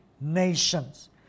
nations